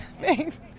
thanks